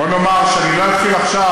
בוא נאמר שאני לא אתחיל עכשיו,